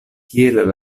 kiel